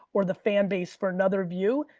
or the fan base for another view.